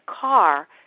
car